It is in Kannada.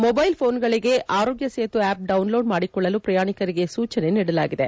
ಮೊಬೈಲ್ ಫೋನ್ಗಳಿಗೆ ಆರೋಗ್ಟ ಸೇತು ಆಪ್ ಡೌನ್ಲೋಡ್ ಮಾಡಿಕೊಳ್ಳಲು ಪ್ರಯಾಣಿಕರಿಗೆ ಸೂಚನೆ ನೀಡಲಾಗಿದೆ